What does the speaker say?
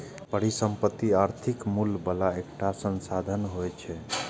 परिसंपत्ति आर्थिक मूल्य बला एकटा संसाधन होइ छै